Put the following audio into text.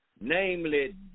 namely